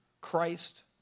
Christ